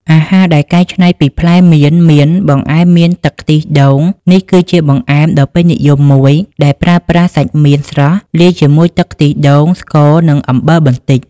អាហារដែលកែច្នៃពីផ្លែមៀនមាន បង្អែមមៀនទឹកខ្ទិះដូង នេះគឺជាបង្អែមដ៏ពេញនិយមមួយដែលប្រើប្រាស់សាច់មៀនស្រស់លាយជាមួយទឹកខ្ទិះដូង ស្ករ និងអំបិលបន្តិច។